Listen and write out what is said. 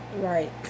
Right